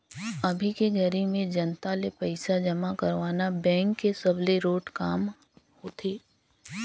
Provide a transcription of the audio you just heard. अभी के घरी में जनता ले पइसा जमा करवाना बेंक के सबले रोंट काम होथे